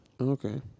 Okay